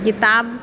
किताब